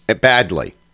badly